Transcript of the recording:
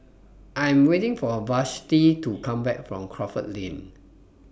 I Am waiting For Vashti to Come Back from Crawford Lane